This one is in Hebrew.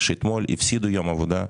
שאתמול הפסידו יום עבודה,